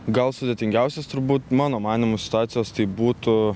gal sudėtingiausios turbūt mano manymu situacijos tai būtų